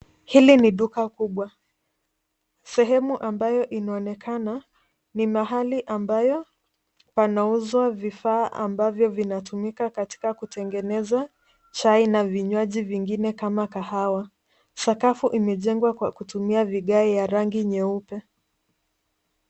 Hili ni duka kubwa sehemu ambayo inaonekana ni mahali ambayo wanauzwa vifaa ,ambavyo vinatumika katika kutengeneza chai na vinywaji vingine kama kahawa ,sakafu imejengwa kwa kutumia vigae ya rangi nyeupe.